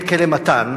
כלא "מתן"